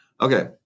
Okay